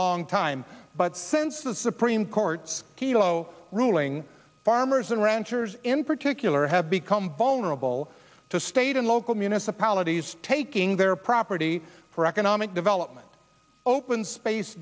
long time but since the supreme court's key low ruling farmers and ranchers in particular have become vulnerable to state and local municipalities taking their property for economic development open space